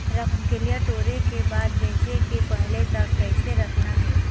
रमकलिया टोरे के बाद बेंचे के पहले तक कइसे रखना हे?